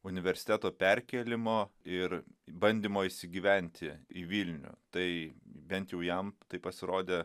universiteto perkėlimo ir bandymo įsigyventi į vilnių tai bent jau jam tai pasirodė